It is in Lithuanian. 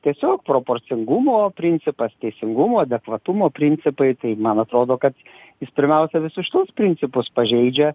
tiesiog proporcingumo principas teisingumo adekvatumo principai tai man atrodo kad jis pirmiausia visus šituos principus pažeidžia